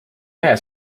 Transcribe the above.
mehe